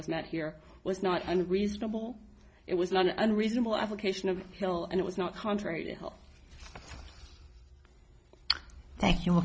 was not here was not reasonable it was not an unreasonable application of hill and it was not contrary to help thank you